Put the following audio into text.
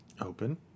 Open